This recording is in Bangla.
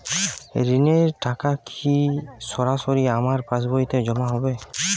ঋণের টাকা কি সরাসরি আমার পাসবইতে জমা হবে?